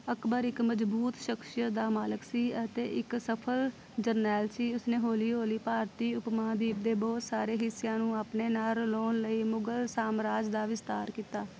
ਅਕਬਰ ਇੱਕ ਮਜ਼ਬੂਤ ਸ਼ਖਸੀਅਤ ਦਾ ਮਾਲਕ ਸੀ ਅਤੇ ਇੱਕ ਸਫਲ ਜਰਨੈਲ ਸੀ ਉਸ ਨੇ ਹੌਲੀ ਹੌਲੀ ਭਾਰਤੀ ਉਪ ਮਹਾਂਦੀਪ ਦੇ ਬਹੁਤ ਸਾਰੇ ਹਿੱਸਿਆਂ ਨੂੰ ਆਪਣੇ ਨਾਲ ਰਲਾਉਣ ਲਈ ਮੁਗਲ ਸਾਮਰਾਜ ਦਾ ਵਿਸਤਾਰ ਕੀਤਾ